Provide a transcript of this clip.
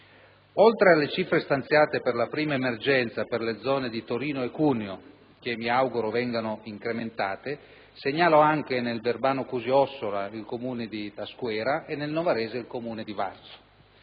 Oltre alle cifre stanziate per la prima emergenza per le zone di Torino e Cuneo, che mi auguro vengano incrementate, segnalo anche nel Verbano-Cusio-Ossola il Comune di Trasquera e nel Novarese il comune di Varzo.